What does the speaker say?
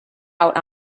out